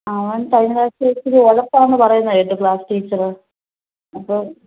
ആ അവൻ കഴിഞ്ഞ പ്രാവശ്യം ഇച്ചിരി ഉഴപ്പാണെന്ന് പറയുന്നത് കേട്ടു ക്ലാസ് ടീച്ചറ് അപ്പം